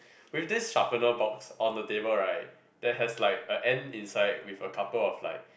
with this sharpener box on the table right there has like a ant inside with a couple of like